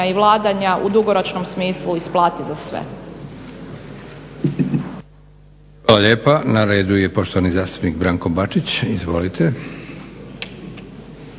i vladanja u dugoročnom smislu isplati za sve.